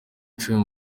icumi